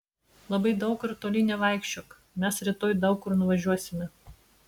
labai daug ir toli nevaikščiok mes rytoj daug kur nuvažiuosime